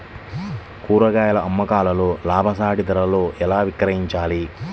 కూరగాయాల అమ్మకంలో లాభసాటి ధరలలో ఎలా విక్రయించాలి?